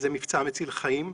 זה מבצע מציל חיים.